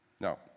Now